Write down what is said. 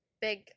big